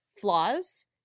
flaws